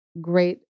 great